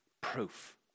proof